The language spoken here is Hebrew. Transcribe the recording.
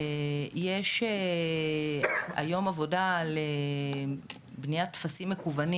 יש היום עבודה על בניית טפסים מקוונים